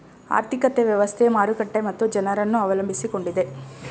ಆರ್ಥಿಕ ವ್ಯವಸ್ಥೆ, ಮಾರುಕಟ್ಟೆ ಮತ್ತು ಜನರನ್ನು ಅವಲಂಬಿಸಿಕೊಂಡಿದೆ